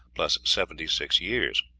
plus seventy-six years.